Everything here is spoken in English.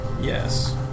yes